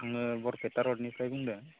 आङो बरपेटा र'डनिफ्राय बुंदों